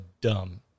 dumb